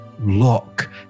look